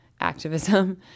activism